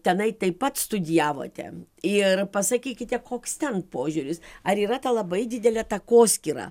tenai taip pat studijavote ir pasakykite koks ten požiūris ar yra ta labai didelė takoskyra